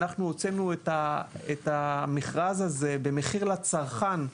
אנחנו הוצאנו את המכרז הזה במחיר לצרכן,